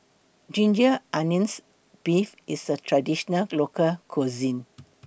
Ginger Onions Beef IS A Traditional Local Cuisine